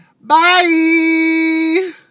bye